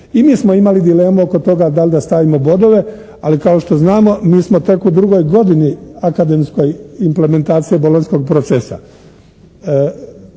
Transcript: I mi smo imali dilemu oko toga da li da stavimo bodove ali kao što znamo mi smo tek u drugoj godini akademskoj implementacije Bolonjskog procesa.